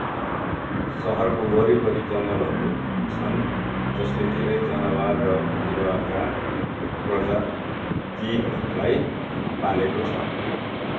सहरको वरिपरि जङ्गलहरू छन् जसले धेरै जनावर र बिरुवाका प्रजातिहरूलाई पालेको छ